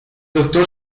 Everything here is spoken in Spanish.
doctor